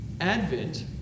Advent